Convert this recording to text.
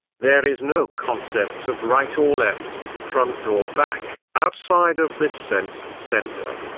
there is no concept of right or left, front or back, outside of this sense center.